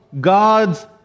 God's